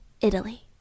Italy